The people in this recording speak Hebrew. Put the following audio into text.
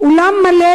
אולם מלא,